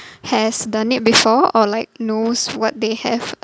has done it before or like knows what they have